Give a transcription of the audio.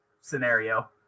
scenario